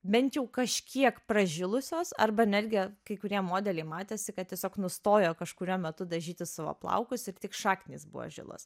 bent jau kažkiek pražilusios arba netgi kai kurie modeliai matėsi kad tiesiog nustojo kažkuriuo metu dažyti savo plaukus ir tik šaknys buvo žilos